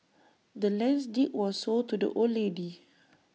the land's deed was sold to the old lady